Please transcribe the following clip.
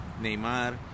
Neymar